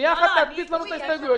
ואת האחרים להשאיר לשיקול דעת השר?